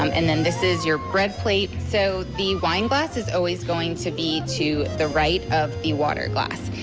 um and then this is your bread plate. so the wine glass is always going to be to the right of the water glass.